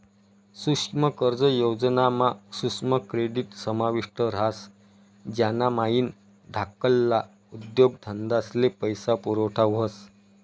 सुक्ष्म कर्ज योजना मा सुक्ष्म क्रेडीट समाविष्ट ह्रास ज्यानामाईन धाकल्ला उद्योगधंदास्ले पैसा पुरवठा व्हस